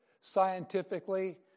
Scientifically